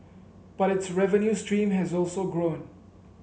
but its revenue stream has also grown